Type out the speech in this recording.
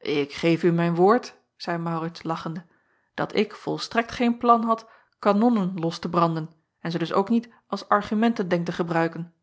k geef u mijn woord zeî aurits lachende dat ik volstrekt geen plan had kanonnen los te branden en ze dus ook niet als argumenten denk te gebruiken